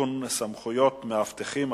בסדר-היום: הצעת חוק להגנה על עדים (תיקון) (סמכויות מאבטחים),